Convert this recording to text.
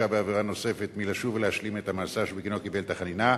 בעבירה נוספת מלשוב ולהשלים את המאסר שבגינו קיבל את החנינה.